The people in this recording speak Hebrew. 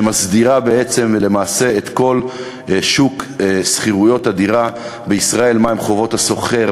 שמסדירה למעשה את כל שוק שכירויות הדירה בישראל: מה הן חובות השוכר?